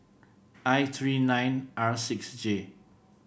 I three nine R six J